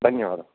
धन्यवादः